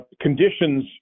conditions